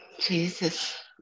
Jesus